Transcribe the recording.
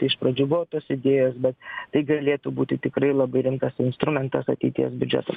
iš pradžių buvo tos idėjos bet tai galėtų būti tikrai labai rimtas instrumentas ateities biudžetam